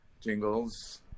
jingles